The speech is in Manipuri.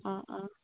ꯑꯣ ꯑꯣ